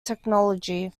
technology